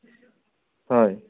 হয়